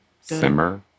Simmer